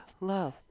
love